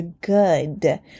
good